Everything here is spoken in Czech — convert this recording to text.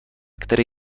který